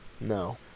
No